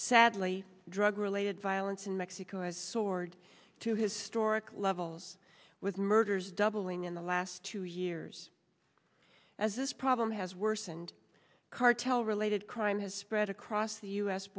sadly drug related violence in mexico has soared to historic levels with murders doubling in the last two years as this problem has worsened cartel related crime has spread across